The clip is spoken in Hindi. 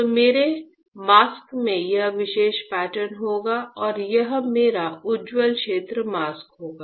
तो मेरे मास्क में यह विशेष पैटर्न होगा और यह मेरा उज्ज्वल क्षेत्र मास्क होगा